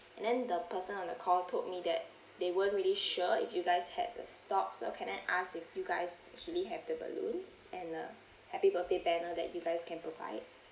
and then the person on the call told me that they weren't really sure if you guys had the stocks so can I ask if you guys actually have the balloons and a happy birthday banner that you guys can provide